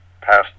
passed